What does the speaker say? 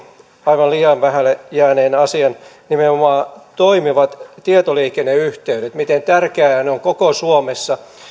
aivan liian vähälle jääneen asian nimenomaan toimivat tietoliikenneyhteydet miten tärkeät ne ovat koko suomessa